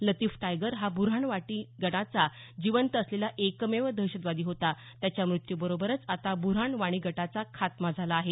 Latif Tiger हा ब्रऱ्हाण वाणी गटाचा जिवंत असलेला एकमेव दहशतवादी होता त्याच्या मृत्यू बरोबरच आता बुऱ्हाण वाणी गटाचा खात्मा झाला आहे